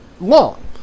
long